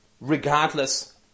regardless